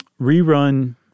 rerun